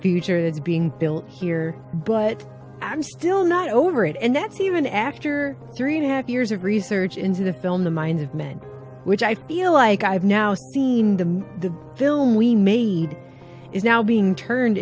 future that's being built here but i'm still not over it and that's even after three and a half years of research into the film the minds of men which i feel like i've now seen them in the film we made is now being turned